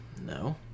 No